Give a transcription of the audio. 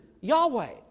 Yahweh